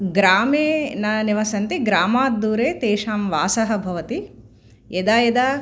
ग्रामे न निवसन्ति ग्रामात् दूरे तेषां वासः भवति यदा यदा